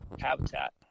habitat